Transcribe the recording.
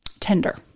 tender